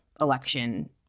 election